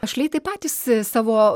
našliai tai patys savo